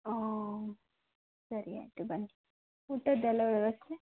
ಹಾಂ ಸರಿ ಆಯ್ತು ಬನ್ನಿ ಊಟದ್ದೆಲ್ಲ ವ್ಯವಸ್ಥೆ